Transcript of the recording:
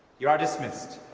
you are dismissed.